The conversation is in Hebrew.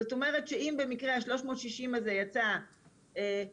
זאת אומרת, שאם במקרה ה-360 הזה יצא 367,